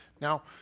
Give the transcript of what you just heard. Now